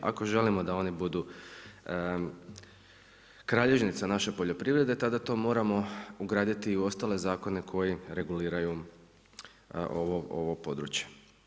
Ako želimo da oni budu kralježnica naše poljoprivrede tada to moramo ugraditi i u ostale zakone koji reguliraju ovo područje.